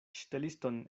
ŝteliston